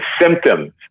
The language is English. symptoms